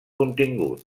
continguts